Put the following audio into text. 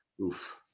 Oof